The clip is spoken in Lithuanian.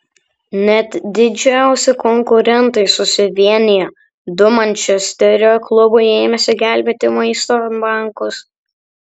net didžiausi konkurentai susivienija du mančesterio klubai ėmėsi gelbėti maisto bankus